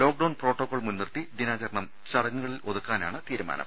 lockdown protocol മുൻനിർത്തി ദിനാചരണം ചടങ്ങുകളിലൊതുക്കാനാണ് തീരുമാനം